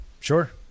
sure